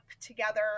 together